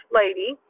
lady